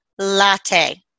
latte